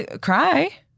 Cry